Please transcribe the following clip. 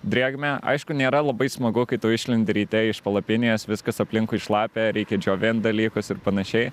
drėgmę aišku nėra labai smagu kai tu išlendi ryte iš palapinės viskas aplinkui šlapia reikia džiovint dalykus ir panašiai